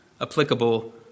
applicable